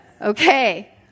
okay